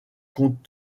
compte